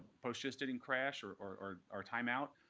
postgis didn't crash or or our time out.